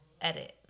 edit